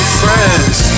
friends